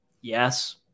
Yes